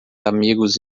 amigos